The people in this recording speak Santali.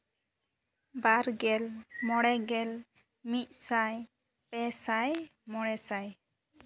ᱵᱟᱨ ᱜᱮᱞ ᱢᱚᱬᱮ ᱜᱮᱞ ᱢᱤᱫᱥᱟᱭ ᱯᱮᱥᱟᱭ ᱢᱚᱬᱮ ᱥᱟᱭ